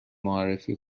معرفی